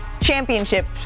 championships